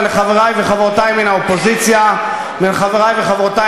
ולחברי וחברותי מן האופוזיציה ולחברי וחברותי